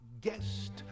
guest